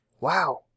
wow